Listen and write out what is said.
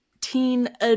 Teen